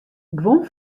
guon